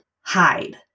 hide